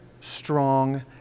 strong